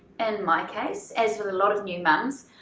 and my case, as with a lot of new mums,